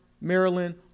Maryland